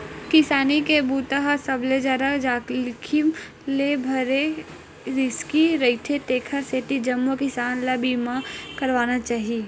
किसानी के बूता ह सबले जादा जाखिम ले भरे रिस्की रईथे तेखर सेती जम्मो किसान ल बीमा करवाना चाही